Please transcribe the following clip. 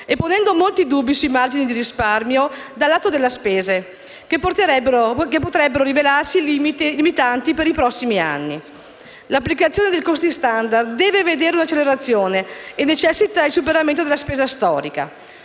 e ponendo molti dubbi sui margini di risparmio dal lato delle spese, che potrebbero rivelarsi limitati per i prossimi anni. L'applicazione dei costi standard deve vedere un'accelerazione e necessita il superamento della spesa storica.